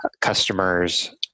customers